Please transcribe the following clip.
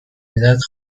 میدهد